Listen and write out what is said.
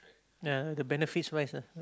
ya the benefits wise ah